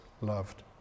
loved